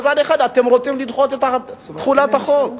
מצד אחד אתם רוצים לדחות את תחולת החוק.